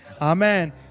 Amen